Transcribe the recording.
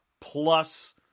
plus